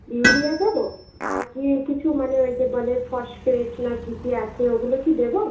urea দেবো আর কী কিছু মানে ওই যে বলে ফসফেট না কী কী আছে ওগুলো কি দেবো